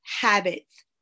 Habits